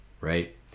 right